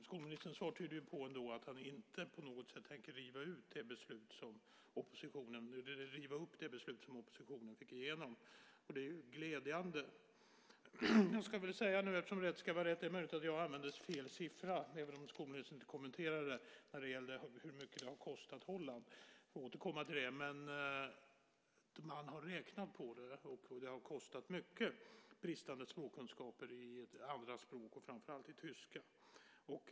Skolministerns svar tyder ändå på att han inte på något sätt tänker riva upp det beslut som oppositionen fick igenom. Det är glädjande. Eftersom rätt ska vara rätt är det möjligt att jag använde fel siffra, även om skolministern inte kommenterade det, när det gällde hur mycket det har kostat Holland. Jag får återkomma till det. Man har räknat på det, och bristande språkkunskaper i ett andra språk, framför allt tyska, har kostat mycket.